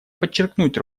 подчеркнуть